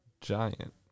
Giant